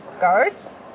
guards